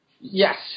Yes